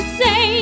say